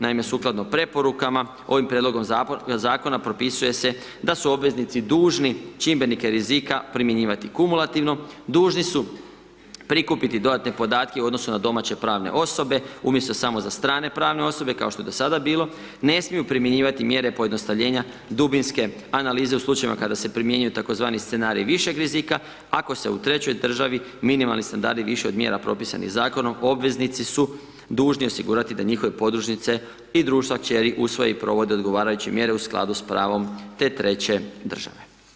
Naime, sukladno preporukama ovim prijedlogom zakona propisuje se da su obveznici dužni čimbenike rizika primjenjivati kumulativno, dužni su prikupiti dodatne podatke u odnosu na domaće pravne osobe umjesto samo za strane pravne osobe kao što je do sada bilo, ne smiju primjenjivati mjere pojednostavljenja dubinske analize u slučajevima kada se primjenjuje tzv. scenarij višeg rizika ako se u trećoj državi minimalni standardi više od mjera propisanih zakonom obveznici su dužni osigurati da njihove podružnice i društva kćeri usvoje i provode odgovarajuće mjere u skladu s pravom te treće države.